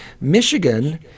Michigan